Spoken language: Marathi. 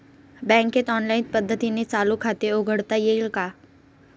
बँकेत ऑनलाईन पद्धतीने चालू खाते उघडता येईल का?